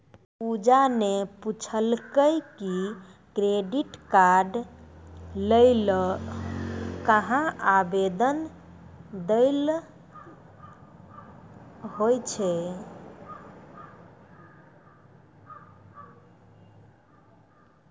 पूजा ने पूछलकै कि क्रेडिट कार्ड लै ल कहां आवेदन दै ल होय छै